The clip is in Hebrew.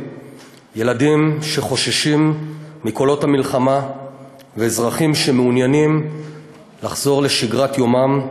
ילדים שחוששים מקולות המלחמה ואזרחים שמעוניינים לחזור לשגרת יומם,